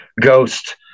ghost